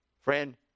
Friend